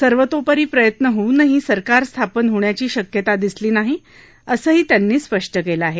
सर्वतोपरी प्रयत्न होऊनही सरकार स्थापन होण्याची शक्यता दिसली नाही असंही त्यांनी स्पष्ट केलं आहे